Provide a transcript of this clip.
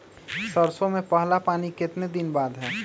सरसों में पहला पानी कितने दिन बाद है?